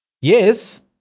yes